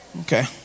Okay